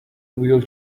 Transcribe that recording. wheel